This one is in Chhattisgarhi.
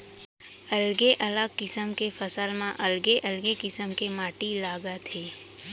अलगे अलग किसम के फसल म अलगे अलगे किसम के माटी लागथे